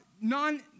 non-